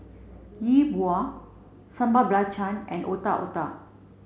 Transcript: Yi Bua Sambal Belacan and Otak Otak